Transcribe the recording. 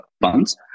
funds